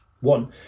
One